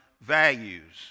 values